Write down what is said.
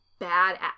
badass